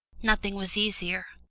nothing was easier.